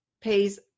pays